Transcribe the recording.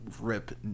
rip